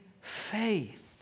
faith